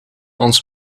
ons